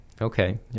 Okay